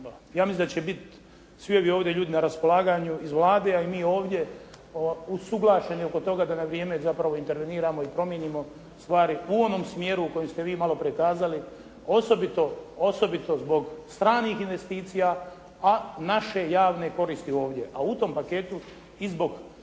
ja mislim da će biti svi ovi ovdje ljudi na raspolaganju iz Vlade, a i mi ovdje usuglašeni oko toga da na vrijeme zapravo interveniramo i promijenimo stvari u onom smjeru u kojem ste vi maloprije kazali, osobito zbog stranih investicija, a naše javne koristi ovdje. A u tom paketu i zbog